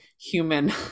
human